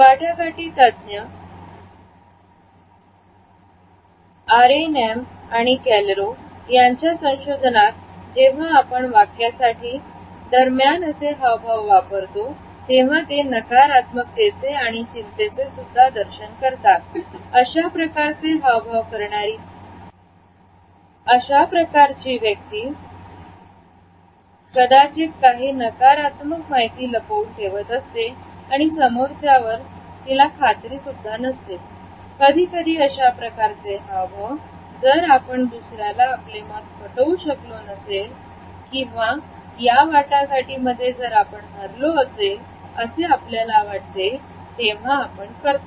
वाटाघाटी तज्ञ अरे नंबर आणि कॅलरो त्यांच्या संशोधनात जेव्हा आपण वाक्यासाठी दरम्यान असे हावभाव वापरतो तेव्हा ते नकारात्मकतेचे आणि चिंतेचे सुद्धा दर्शन करतात अशा प्रकारचे हावभाव करणारी व्यक्ती कदाचित काही नकारात्मक माहिती लपवून ठेवत असते किंवा समोरच्यावर तिला खात्री नसते कधीकधी अशाप्रकारचे हवं जर आपण दुसऱ्याला आपले मत पटवू शकलो नसेल किमाया वाटाघाटींमध्ये आपण हरलो असेल असे वाटते तेव्हा आपण करतो